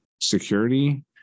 security